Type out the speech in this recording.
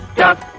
duck